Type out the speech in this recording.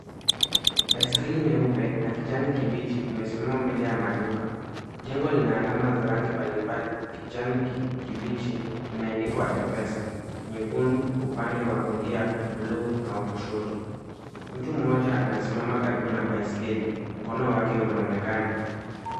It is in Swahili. Baiskeli nyeupe na kijani kibichi imesimama mbele ya maduka. Jengo lina alama za rangi mbalimbali kijani kibichi kimeandikwa M-pesa nyekundu upande wa kulia bluu na wa kushoto. Mtu mmoja anasimama karibu na baiskeli mkono wake unaonekana.